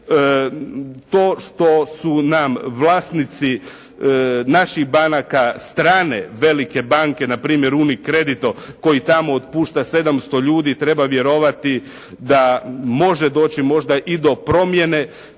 To što su nam vlasnici naših banaka strane velike banke npr. Uni Credito koji tamo otpušta 700 ljudi. Treba vjerovati da može doći možda i do promjene